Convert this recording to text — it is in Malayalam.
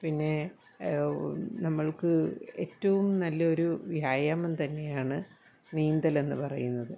പിന്നെ നമ്മൾക്ക് ഏറ്റവും നല്ലൊരു വ്യായാമം തന്നെയാണ് നീന്തലെന്നു പറയുന്നത്